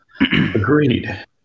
Agreed